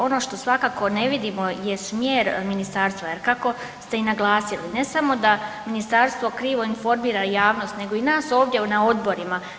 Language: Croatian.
Ono što svakako ne vidimo je smjer ministarstva jer kako ste i naglasili, ne samo da ministarstvo krivo informira javnost nego i nas ovdje na odborima.